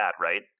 right